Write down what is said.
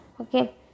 Okay